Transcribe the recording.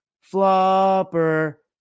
Flopper